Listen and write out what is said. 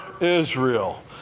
Israel